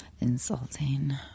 insulting